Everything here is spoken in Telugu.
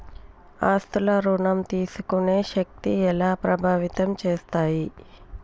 ఆస్తుల ఋణం తీసుకునే శక్తి ఎలా ప్రభావితం చేస్తాయి?